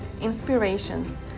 inspirations